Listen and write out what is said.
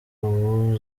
ubu